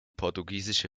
portugiesische